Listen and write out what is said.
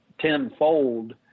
tenfold